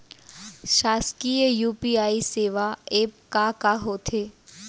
शासकीय यू.पी.आई सेवा एप का का होथे?